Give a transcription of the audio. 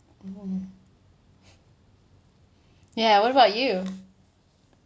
mm ya what about you